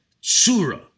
surah